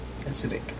Acidic